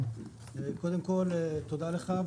קודם כול, תודה לך.